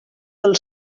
del